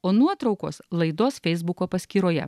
o nuotraukos laidos feisbuko paskyroje